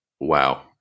wow